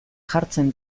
jartzen